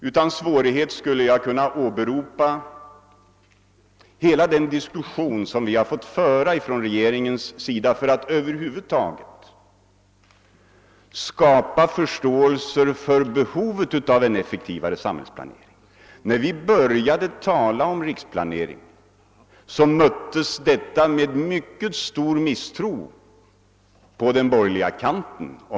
Utan svårighet skulle jag kunna åberopa hela den diskussion som regeringen fått föra för att över huvud taget skapa förståelse för behovet av en effektivare samhällsplanering. När vi började tala om riksplanering, möttes vi med mycket stor misstro på den borgerliga kanten.